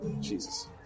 Jesus